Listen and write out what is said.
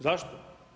Zašto?